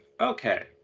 okay